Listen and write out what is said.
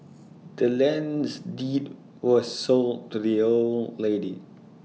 the land's deed was sold to the old lady